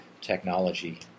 technology